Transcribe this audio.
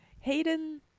Hayden